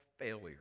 failure